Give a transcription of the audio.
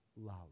loud